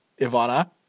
Ivana